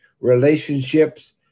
relationships